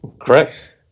correct